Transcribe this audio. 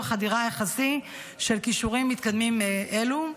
החדירה היחסי של כישורים מתקדמים אלו.